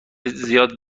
زیاد